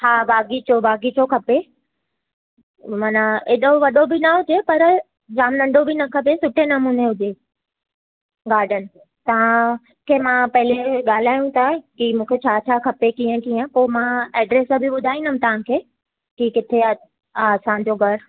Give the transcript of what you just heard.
हा बाग़ीचो बाग़ीचो खपे माना हेॾो वॾो बि न हुजे पर जाम नंढो बि न खपे सुठे नमूने हुजे गार्डनि तव्हां कंहिं मां पहले ॻाल्हाइयूं था की मूंखे छा छा खपे कीअं कीअं पोइ मां एड्रैस ॿुधाईंदुमि तव्हांखे की किथे आहे आसांजो घरु